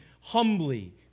humbly